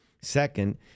Second